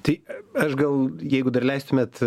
tai aš gal jeigu dar leistumėt